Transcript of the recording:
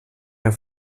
mehr